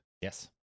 Yes